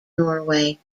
norway